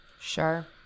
Sure